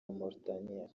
mauritania